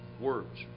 words